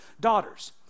daughters